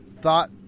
thought